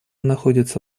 находится